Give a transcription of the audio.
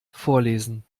vorlesen